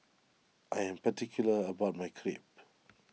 I am particular about my Crepe